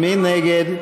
מי נגד?